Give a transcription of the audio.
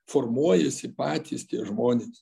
formuojasi patys tie žmonės